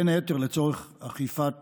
בין היתר לצורך אכיפת